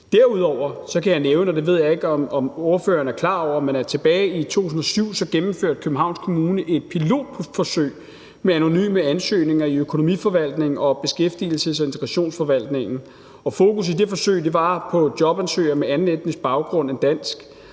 Derudover kan jeg nævne, og det ved jeg ikke om ordføreren er klar over, at tilbage i 2007 gennemførte Københavns Kommune et pilotforsøg med anonyme ansøgninger i økonomiforvaltningen og beskæftigelses- og integrationsforvaltningen, og fokus i det forsøg var at få jobansøgere med anden etnisk baggrund end dansk.